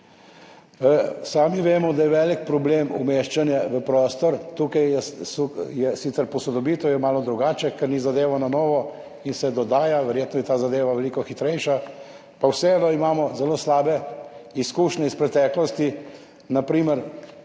Sami vemo, da je velik problem umeščanje v prostor. Tukaj je sicer posodobitev, je malo drugače, ker ni zadeva na novo in se dodaja, verjetno je ta zadeva veliko hitrejša, pa vseeno imamo zelo slabe izkušnje iz preteklosti.